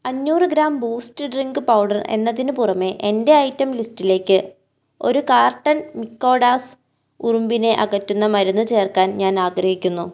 അഞ്ഞൂറ് gram Boost drink powder എന്നതിന് പുറമെ എന്റെ ഐറ്റം ലിസ്റ്റിലേക്ക് ഒരു കാർട്ടൺ മിക്കാഡാസ് ഉറുമ്പിനെ അകറ്റുന്ന മരുന്ന് ചേർക്കാൻ ഞാൻ ആഗ്രഹിക്കുന്നു